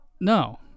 No